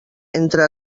entre